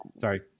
Sorry